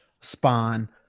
spawn